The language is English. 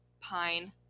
pine